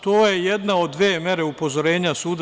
To je jedna od dve mere upozorenja suda.